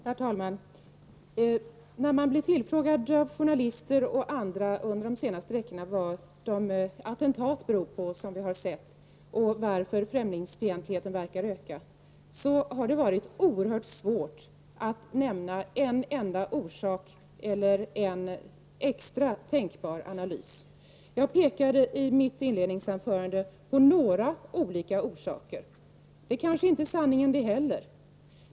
Herr talman! När man under de senaste veckorna har blivit tillfrågad av journalister och andra vad de attentat som vi har sett beror på och varför främlingsfientligheten verkar öka, har det varit oerhört svårt att nämna en enda orsak eller en extra tänkbar analys. Jag pekade i mitt inledningsanförande på några olika orsaker. Det kanske inte är sanningen det heller.